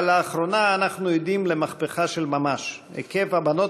אבל לאחרונה אנחנו עדים למהפכה של ממש: מספר הבנות